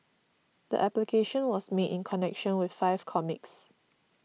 the application was made in connection with five comics